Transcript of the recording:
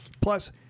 Plus